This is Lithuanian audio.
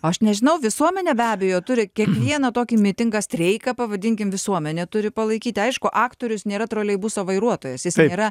aš nežinau visuomenė be abejo turi kiekvieną tokį mitingą streiką pavadinkim visuomenė turi palaikyti aišku aktorius nėra troleibuso vairuotojas jis nėra